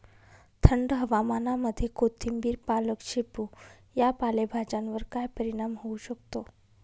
थंड हवामानामध्ये कोथिंबिर, पालक, शेपू या पालेभाज्यांवर काय परिणाम होऊ शकतो?